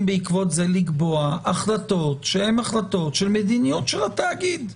בעקבות זה לקבוע החלטות שהן החלטות של מדיניות של התאגיד.